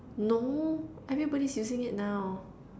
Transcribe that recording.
no everybody's using it now